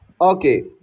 Okay